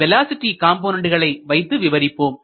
velocity காம்போனன்டுகளை வைத்து விவரிப்போம்